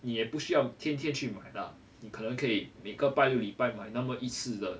你也不需要天天去买啦你可能可以每个拜六礼拜买那么一次的